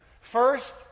First